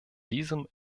diesem